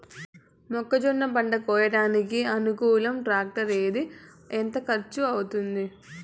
మొక్కజొన్న పంట కోయడానికి అనుకూలం టాక్టర్ ఏది? ఎంత ఖర్చు అవుతుంది?